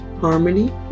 harmony